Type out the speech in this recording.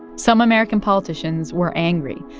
some american politicians were angry,